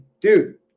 dude